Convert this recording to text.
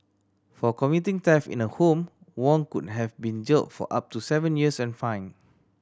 for committing theft in a home Wong could have been jailed for up to seven years and fined